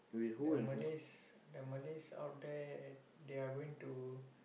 the Malays the Malays out there they are going to